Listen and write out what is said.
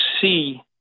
see